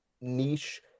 niche